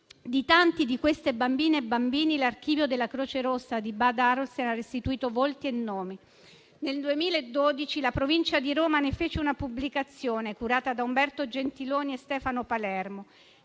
Di tanti di questi bambine e bambini, l'archivio della Croce Rossa di Bad Arolsen ha restituito volti e nomi. Nel 2012 la Provincia di Roma ne fece una pubblicazione, curata da Umberto Gentiloni e Stefano Palermo,